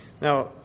Now